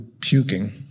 puking